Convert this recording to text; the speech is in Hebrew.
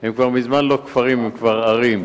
הם כבר מזמן לא כפרים, הם כבר ערים,